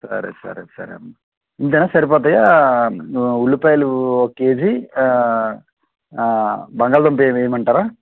సరేసరే సరే అమ్మా ఇంతేనా సరిపోతాయా ఉ ఉల్లిపాయలు ఒక కేజీ బంగాళాదుంప వేయ వేయమంటారా